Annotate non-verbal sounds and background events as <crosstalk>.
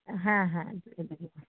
হ্যাঁ হ্যাঁ <unintelligible>